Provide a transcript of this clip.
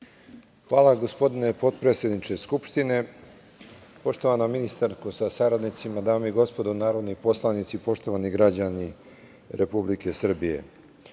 Hvala, gospodine potpredsedniče Skupštine. Poštovana ministarko sa saradnicima, dame i gospodo narodni poslanici i poštovani građani Republike Srbije,